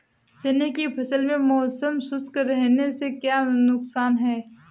चने की फसल में मौसम शुष्क रहने से क्या नुकसान है?